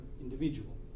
individual